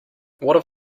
what